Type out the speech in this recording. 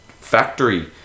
factory